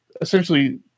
essentially